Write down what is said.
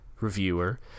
reviewer